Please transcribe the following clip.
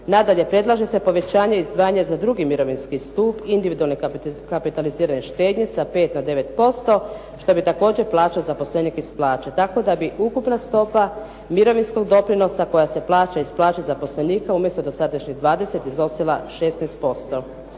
Nadalje, predlaže se povećanje izdvajanja za drugi mirovinski stup, individualne kapitalizirane štednje sa 5 na 9% što bi također plaćao zaposlenik iz plaće, tako da bi ukupna stopa mirovinskog doprinosa koja se plaća iz plaće zaposlenika umjesto dosadašnjih 20 iznosila 16%.